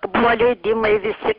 buvo leidimai visi